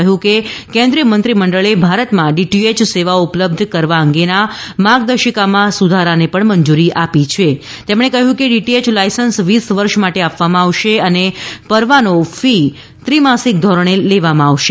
કહ્યું કે કેન્દ્રીય મંત્રીમંડળે ભારતમાં ડીટીએચ શ્રી જાવડેકરે સેવાઓ ઉપલબ્ધ કરવા અંગેના માર્ગદર્શિકામાં સુધારાને પણ મંજૂરી આપી દીધી હાં તેમણે કહ્યું કે ડીટીએય લાઇસન્સ વીસ વર્ષ માટે આપવામાં આવશે અને પરવાનો ફી ત્રિમાસિક ધોરણે લેવામાં આવશે